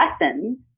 lessons